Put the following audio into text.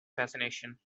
fascination